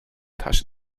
tasche